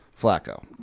Flacco